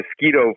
mosquito